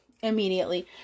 immediately